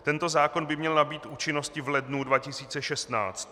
Tento zákon by měl nabýt účinnosti v lednu 2016.